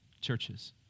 churches